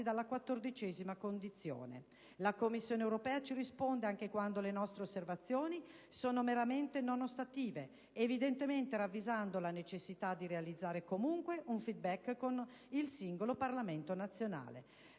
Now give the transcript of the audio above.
dalla 14a Commissione. La Commissione europea ci risponde anche quando le nostre osservazioni sono meramente non ostative, evidentemente ravvisando la necessità di realizzare comunque un *feedback* con il singolo Parlamento nazionale.